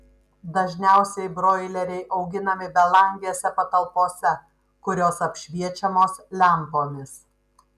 dažniausiai broileriai auginami belangėse patalpose kurios apšviečiamos lempomis